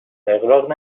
اغراق